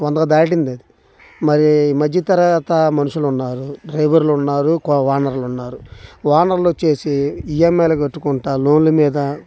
వందకు దాటిందది మరి మధ్య తరగత మనుషులు ఉన్నారు డ్రైవర్లు ఉన్నారు ఓనర్లు ఉన్నారు ఓనర్లు వచ్చేసి ఈ ఎమ్ ఐలు కట్టుకుంటా లోన్ల మీద